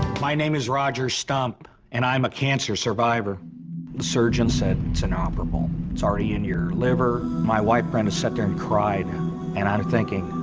my name is roger stump, and i'm a cancer survivor. the surgeon said it's inoperable. it's already in your liver. my wife, brenda, sat there and cried and i'm thinking,